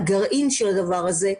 הגרעין של הדבר הזה.